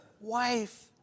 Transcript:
wife